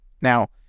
Now